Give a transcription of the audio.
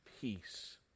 peace